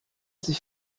sich